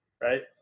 right